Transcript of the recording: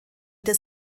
des